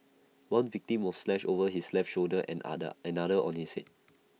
one victim was slashed over his left shoulder and other another on his Head